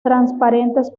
transparentes